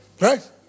Right